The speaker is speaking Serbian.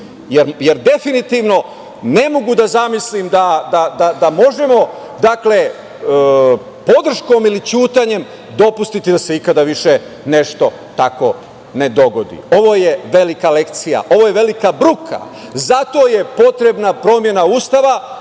jer definitivno, ne mogu da zamislim da možemo podrškom ili ćutanjem dopustiti da se ikada više nešto tako ne dogodi. Ovo je velika lekcija. Ovo je velika bruka. Zato je potrebna promena Ustava,